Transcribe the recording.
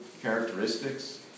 characteristics